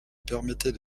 permettait